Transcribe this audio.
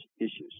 issues